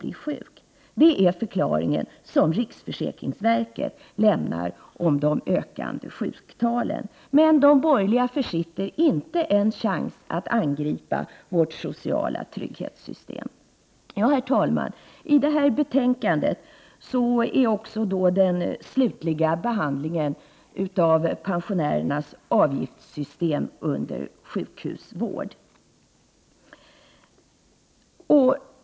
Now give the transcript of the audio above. Detta är de förklaringar som riksförsäkringsverket lämnar till de ökande sjuktalen, men de borgerliga försitter inte en chans att angripa vårt sociala trygghetssystem! Herr talman! I detta betänkande finns också den slutliga behandlingen av pensionärernas avgiftssystem under sjukhusvård.